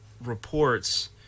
reports